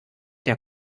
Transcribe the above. der